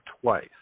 twice